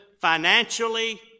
financially